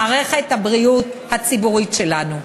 מערכת הבריאות הציבורית שלנו.